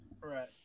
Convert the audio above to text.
Right